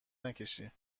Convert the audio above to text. نکشی